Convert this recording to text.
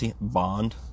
bond